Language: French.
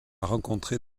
rencontrés